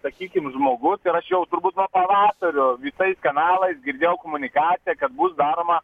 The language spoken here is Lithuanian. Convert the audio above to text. sakykim žmogus ir aš jau turbūt nuo pavasario visais kanalais girdėjau komunikaciją kad bus daroma